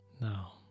Now